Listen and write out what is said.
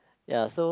ya so